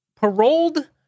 paroled